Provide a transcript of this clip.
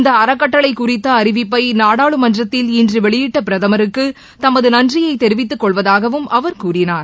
இந்த அறக்கட்டளை குறித்த அறிவிப்பை நாடாளுமன்றத்தில் இன்று வெளியிட்ட பிரதமருக்கு தமது நன்றியை தெரிவித்துக் கொள்வதாகவும் அவர் கூறினார்